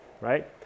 Right